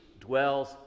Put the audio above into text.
dwells